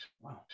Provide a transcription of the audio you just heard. Wow